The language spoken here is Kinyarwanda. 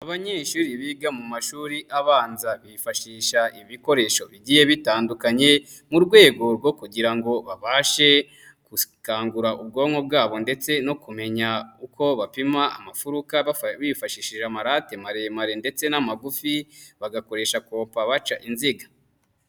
Abanyeshuri biga mu mashuri abanza bifashisha ibikoresho bigiye bitandukanye, mu rwego rwo kugira ngo babashe gukangura ubwonko bwabo ndetse no kumenya uko bapima amafuruka bifashishije amarate maremare ndetse n'amagufi, bagakoresha kompa baca uruziga.